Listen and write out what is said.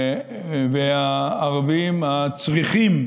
הרבים והערבים הצריכים